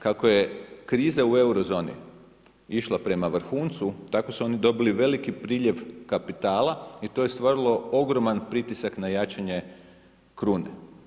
Kako je kriza u euro zoni išla prema vrhuncu, tako su oni dobili veliki priljev kapitala i to jest vrlo ogroman pritisak na jačanje krune.